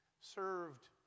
served